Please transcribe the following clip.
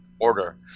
order